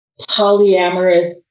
polyamorous